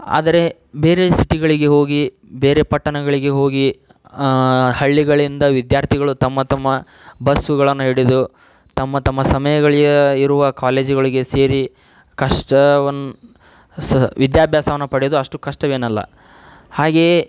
ಆದರೆ ಬೇರೆ ಸಿಟಿಗಳಿಗೆ ಹೋಗಿ ಬೇರೆ ಪಟ್ಟಣಗಳಿಗೆ ಹೋಗಿ ಹಳ್ಳಿಗಳಿಂದ ವಿದ್ಯಾರ್ಥಿಗಳು ತಮ್ಮ ತಮ್ಮ ಬಸ್ಸುಗಳನ್ನು ಹಿಡಿದು ತಮ್ಮ ತಮ್ಮ ಸಮಯಗಳಿಗೆ ಇರುವ ಕಾಲೇಜುಗಳಿಗೆ ಸೇರಿ ಕಷ್ಟವನ್ನ ಸ ವಿದ್ಯಾಭ್ಯಾಸವನ್ನ ಪಡೆದು ಅಷ್ಟು ಕಷ್ಟವೇನಲ್ಲ ಹಾಗೆಯೇ